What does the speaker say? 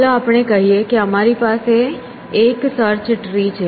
ચાલો આપણે કહીએ કે અમારી પાસે એક સર્ચ ટ્રી છે